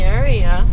area